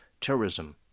terrorism